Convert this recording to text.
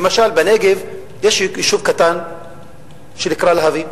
למשל בנגב יש יישוב קטן שנקרא להבים.